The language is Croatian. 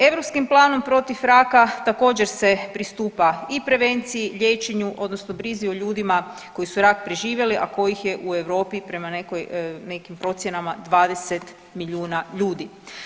Europskim planom protiv raka također se pristupa i prevenciji, liječenju odnosno brizi o ljudima koji su rak preživjeli, a kojih je u Europi prema nekim procjenama 20 milijuna ljudi.